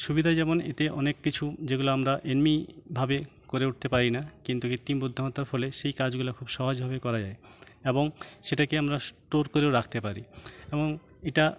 সুবিধা যেমন এতে অনেক কিছু যেগুলো আমরা এমনিভাবে করে উঠতে পারি না কিন্তু কিত্তিম বুদ্ধিমত্তার ফলে সেই কাজগুলো খুব সহজভাবেই করা যায় এবং সেটাকে আমরা স্টোর করেও রাখতে পারি এবং এটা